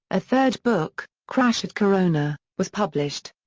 a third book, crash at corona, was published.